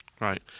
Right